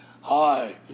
Hi